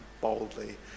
boldly